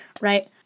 right